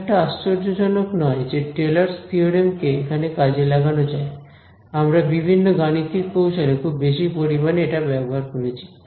খুব একটা আশ্চর্যজনক নয় যে টেলর্স থিওরেম Taylor's theorem কে এখানে কাজে লাগানো যায় আমরা বিভিন্ন গাণিতিক কৌশলে খুব বেশি পরিমাণে এটা ব্যবহার করেছি